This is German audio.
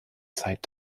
zeit